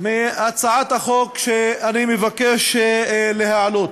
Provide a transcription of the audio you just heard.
מהצעת החוק שאני מבקש להעלות.